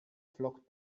flockt